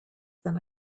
than